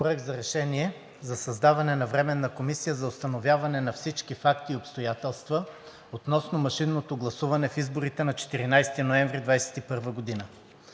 „Проект! РЕШЕНИЕ за създаване на Временна комисия за установяване на всички факти и обстоятелства относно машинното гласуване в изборите на 14 ноември 2021 г.